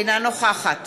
אינה נוכחת